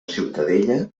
ciutadella